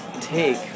take